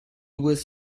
was